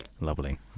Lovely